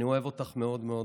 אני אוהב אותך מאוד מאוד.